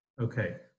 Okay